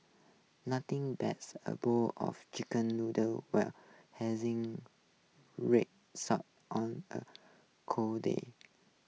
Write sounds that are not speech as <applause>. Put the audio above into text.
nothing beats a bowl of Chicken Noodles will <unintelligible> red sauce on a cold day <unintelligible>